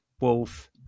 Wolf